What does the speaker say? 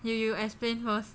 you you explain first